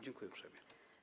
Dziękuję uprzejmie.